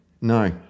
No